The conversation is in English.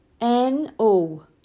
N-O